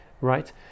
right